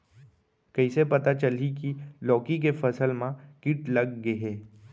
कइसे पता चलही की लौकी के फसल मा किट लग गे हे?